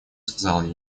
сказал